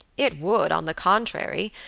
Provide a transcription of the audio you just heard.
it would, on the contrary,